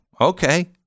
Okay